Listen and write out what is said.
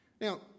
Now